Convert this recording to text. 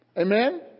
Amen